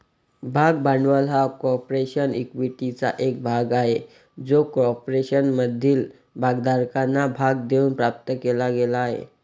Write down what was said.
भाग भांडवल हा कॉर्पोरेशन इक्विटीचा एक भाग आहे जो कॉर्पोरेशनमधील भागधारकांना भाग देऊन प्राप्त केला गेला आहे